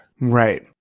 Right